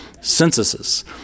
Censuses